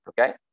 Okay